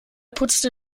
putzte